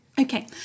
Okay